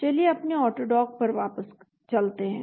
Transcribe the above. चलिए अपने ऑटोडॉक पर वापस चलते हैं